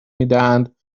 میدهند